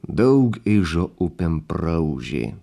daug ižo upėm praūžė